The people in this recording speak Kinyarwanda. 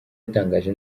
yatangaje